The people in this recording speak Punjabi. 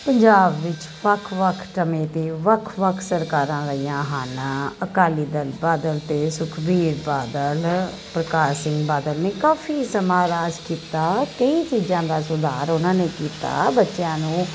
ਪੰਜਾਬ ਵਿੱਚ ਵੱਖ ਵੱਖ ਸਮੇਂ 'ਤੇ ਵੱਖ ਵੱਖ ਸਰਕਾਰਾਂ ਆਈਆਂ ਹਨ ਅਕਾਲੀ ਦਲ ਬਾਦਲ ਅਤੇ ਸੁਖਵੀਰ ਬਾਦਲ ਪ੍ਰਕਾਸ਼ ਸਿੰਘ ਬਾਦਲ ਨੇ ਕਾਫ਼ੀ ਸਮਾਂ ਰਾਜ ਕੀਤਾ ਕਈ ਚੀਜ਼ਾਂ ਦਾ ਸੁਧਾਰ ਉਨ੍ਹਾਂ ਨੇ ਕੀਤਾ ਬੱਚਿਆਂ ਨੂੰ